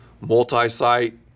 multi-site